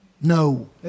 No